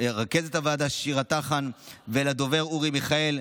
ושירה טחן ולדובר אורי מיכאל,